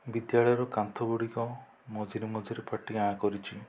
ବିଦ୍ୟାଳୟର କାନ୍ଥଗୁଡ଼ିକ ମଝିରେ ମଝିରେ ଫାଟି ଆଁ କରିଛି